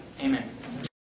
Amen